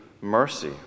mercy